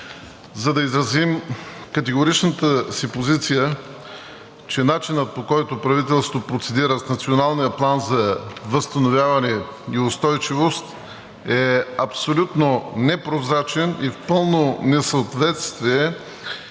за да изразим категоричната си позиция, че начинът, по който правителството процедира с Националния план за възстановяване и устойчивост, е абсолютно непрозрачен и в пълно несъответствие